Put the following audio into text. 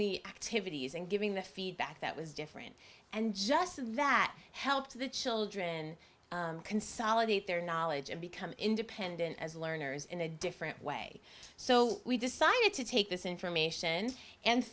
the activities and giving the feedback that was different and just so that helped the children consolidate their knowledge and become independent as learners in a different way so we decided to take this information and